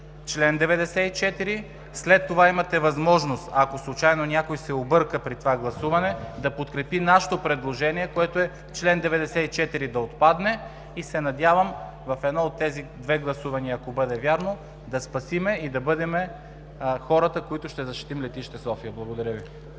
чл. 94. След това имате възможност, ако случайно някой се обърка при това гласуване, да подкрепи нашето предложение, което е „Член 94 да отпадне“ и се надявам в едно от тези две гласувания, ако бъде вярно, да спасим и да бъдем хората, които ще защитим Летище София. Благодаря Ви.